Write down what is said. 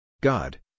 God